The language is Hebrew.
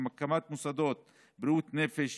הקמת מוסדות בריאות נפש